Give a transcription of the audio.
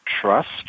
trust